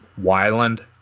wyland